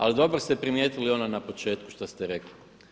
Ali dobro ste primijetili ono na početku što ste rekli.